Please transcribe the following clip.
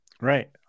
Right